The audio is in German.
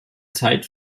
zeit